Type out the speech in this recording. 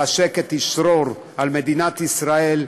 והשקט ישרור על מדינת ישראל,